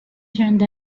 turned